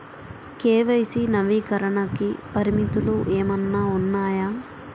KYC నవీకరణకి పరిమితులు ఏమన్నా ఉన్నాయా?